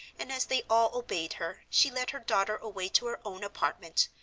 and as they all obeyed her, she led her daughter away to her own apartment,